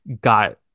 got